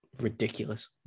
ridiculous